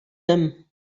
him